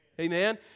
Amen